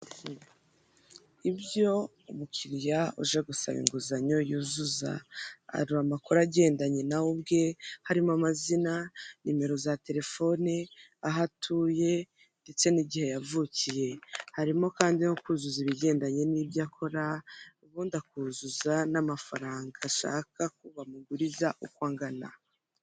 Ibyo umukiriya uje gusaba inguzanyo yuzuza, hari amakuru agendanye nawe ubwe, harimo amazina, nimero za telefoni, aho atuye ndetse n'igihe yavukiye, harimo kandi no kuzuza ibigendanye n'ibyo akora, ubundi akuzuza n'amafaranga ashaka ko bamuguriza, uko angana.